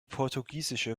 portugiesische